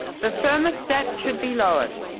the thermostat should be lowered.